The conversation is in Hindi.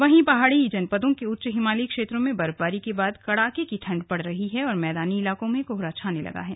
वहीं पहाड़ी जनपदों के उच्च हिमालयी क्षेत्रों में बर्फबारी के बाद कड़ाके की ठंड पड़ रही है और मैदानी इलाकों में कोहरा छाने लगा है